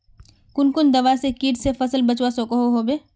कुन कुन दवा से किट से फसल बचवा सकोहो होबे?